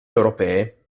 europee